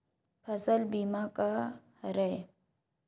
फसल बीमा का हरय?